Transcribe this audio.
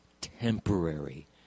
temporary